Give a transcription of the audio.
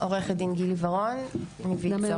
עו"ד גילי ורון מויצו,